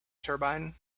turbine